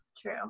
True